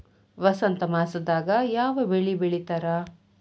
ವಸಂತ ಮಾಸದಾಗ್ ಯಾವ ಬೆಳಿ ಬೆಳಿತಾರ?